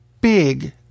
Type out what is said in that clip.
big